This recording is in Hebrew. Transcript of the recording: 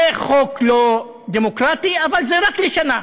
זה חוק לא דמוקרטי, אבל זה רק לשנה.